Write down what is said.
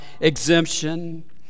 exemption